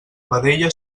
vedella